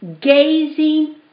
gazing